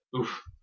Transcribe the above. Oof